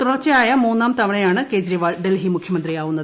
തുടർച്ചയായ മൂന്നാം തവണയാണ് കേജരിവാൾ ഡൽഹി മുഖ്യമന്ത്രിയാവുന്നത്